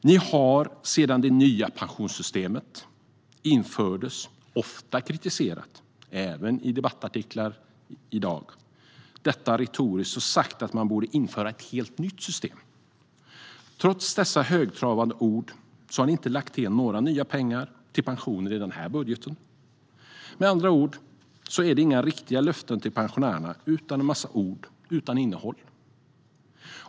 Ni har sedan det nya pensionssystemet infördes ofta kritiserat detta retoriskt, även i debattartiklar i dag, och sagt att man borde införa ett helt nytt system. Trots högtravande ord har ni inte lagt till några nya pengar till pensioner i den här budgeten. Med andra ord är det inga riktiga löften till pensionärerna utan bara en massa ord utan innehåll.